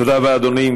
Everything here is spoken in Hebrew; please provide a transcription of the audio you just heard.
תודה רבה, אדוני.